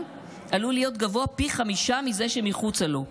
עלול להיות גבוה פי חמישה מזה שמחוצה לו.